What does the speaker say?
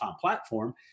platform